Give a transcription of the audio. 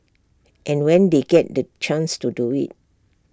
and when they get the chance to do IT